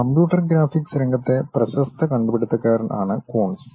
computer graphics രംഗത്തെ പ്രശസ്ത കണ്ടുപിടിത്തക്കാരൻ ആണ് കൂൺസ്